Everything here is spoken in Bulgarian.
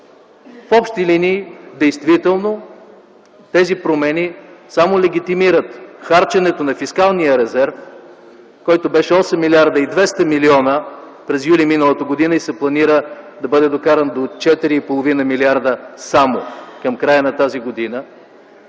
В общи линии, действително тези промени само легитимират харченето на фискалния резерв, който беше 8 млрд. 200 млн. лв. през м. юли миналата година и се планира да бъде докаран само до 4,50 милиарда към края на тази година,